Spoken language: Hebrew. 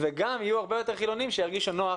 וגם יהיו הרבה יותר חילונים שירגישו נוח